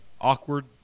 awkward